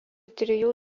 trijų